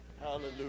Hallelujah